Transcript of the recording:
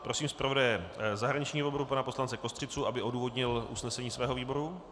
Prosím zpravodaje zahraničního výboru pana poslance Kostřicu, aby odůvodnil usnesení svého výboru.